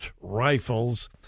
rifles